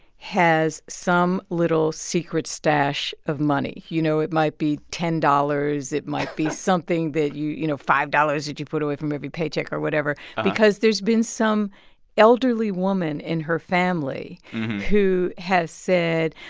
has some little secret stash of money. you know, it might be ten dollars. it might be something that you you know, five dollars that you put away from every paycheck or whatever because there's been some elderly woman in her family who has said,